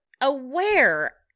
aware